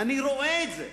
אני רואה את זה,